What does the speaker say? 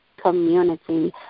community